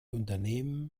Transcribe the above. unternehmen